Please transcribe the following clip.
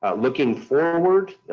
looking forward,